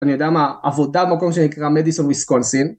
אני יודע מה, עבודה במקום שנקרא מדיסון וויסקונסין.